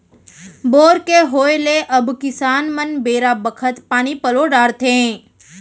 bore के होय ले अब किसान मन बेरा बखत पानी पलो डारथें